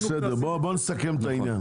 בסדר, בואו נסכם את העניין.